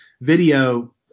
video